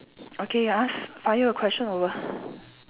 okay ask fire your question over